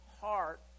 heart